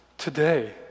today